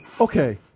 Okay